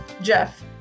Jeff